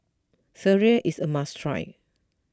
Sireh is a must try